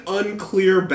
unclear